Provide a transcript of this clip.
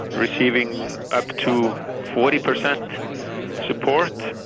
receiving up to forty percent support.